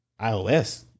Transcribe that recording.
iOS